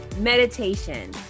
meditation